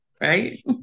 Right